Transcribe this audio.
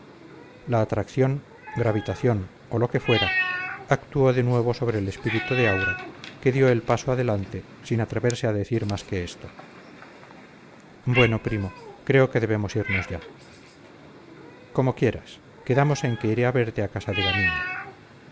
la atracción gravitación o lo que fuera actuó de nuevo sobre el espíritu de aura que dio el paso adelante sin atreverse a decir más que esto bueno primo creo que debemos irnos ya como quieras quedamos en que iré a verte a casa de gaminde